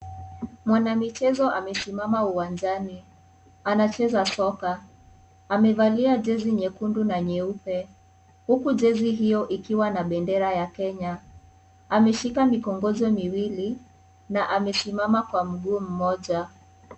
Mwanamichezo amesimama uwanjani anacheza soka amevalia jezi nyekundu na nyeupe huku jezi hiyo ikiwa na bendera ya kenya ameshika mikongojo miwili na amesimama kwa mguu mmoja.